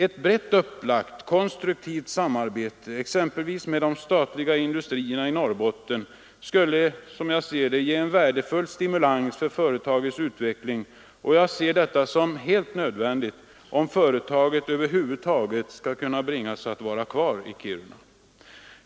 Ett brett upplagt konstruktivt samarbete exempelvis med de statliga industrierna i Norrbotten skulle ge en värdefull stimulans för företagets utveckling, och jag ser detta som helt nödvändigt om företaget över huvud taget skall kunna bli kvar i Kiruna.